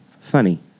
funny